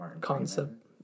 concept